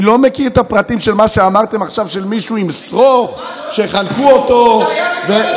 אני לא מכיר את הפרטים של מה שאמרתם עכשיו על מישהו שחנקו אותו עם שרוך,